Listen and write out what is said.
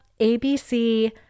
ABC